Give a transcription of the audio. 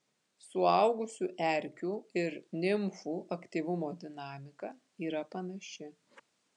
suaugusių erkių ir nimfų aktyvumo dinamika yra panaši